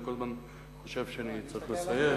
ואני כל הזמן חושב שאני צריך לסיים.